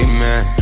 Amen